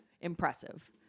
impressive